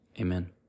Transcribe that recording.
amen